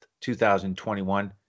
2021